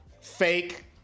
Fake